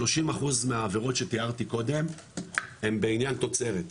30% מהעבירות שתיארתי קודם הן בעניין תוצרת,